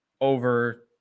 over